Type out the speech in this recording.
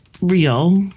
real